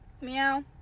Meow